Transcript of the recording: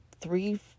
three